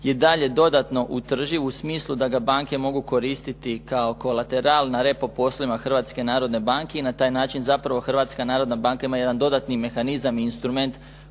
i dalje dodatno utrži u smislu da ga banke mogu koristiti kao kolateralna …/Govornik se ne razumije./… Hrvatske narodne banke i na taj način zapravo Hrvatska narodna banka ima jedan dodatni mehanizam i instrument